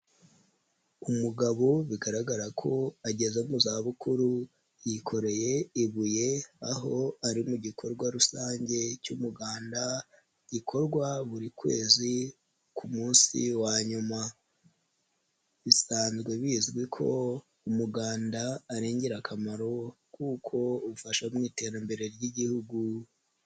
Umugabo bigaragara ko ageze mu zabukuru yikoreye ibuye aho ari mu gikorwa rusange cy'umuganda gikorwa buri kwezi ku munsi wa nyuma, bisanzwe bizwi ko umuganda ari ingirakamaro kuko ufasha mu' iterambere ry'Igihugu.